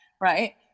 right